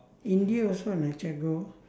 india also not yet go